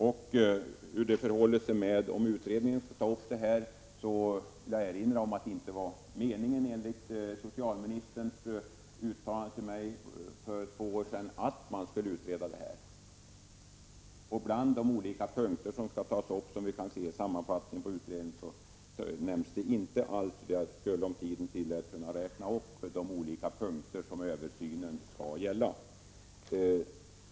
I frågan om hurvida utredningen skall ta upp detta, kan jag bara säga att enligt socialministerns uttalande till mig för två år sedan var det inte meningen att utreda denna fråga. Den tas inte upp bland de olika punkter som vi kan se i sammanfattningen i direktiven för utredningen. Jag skall dock inte ta tiden att räkna upp de olika punkter som översynen skall gälla.